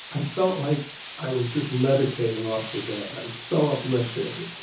i felt like i was just levitating off the bed. i was so uplifted.